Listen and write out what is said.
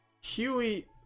Huey